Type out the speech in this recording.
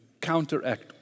counteract